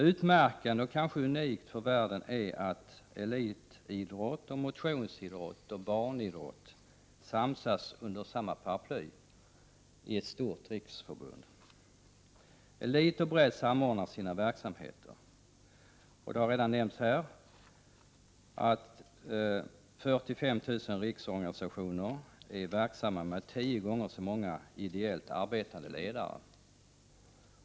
Utmärkande och kanske unikt för Sverige är att elitidrott, motionsidrott och barnidrott samsas under samma paraply i ett stort riksförbund. Elit och bredd samordnar sin verksamhet. Det har tidigare nämnts att 45 000 riksorganisationer är verksamma med tio gånger så många ideellt arbetande ledare.